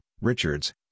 richards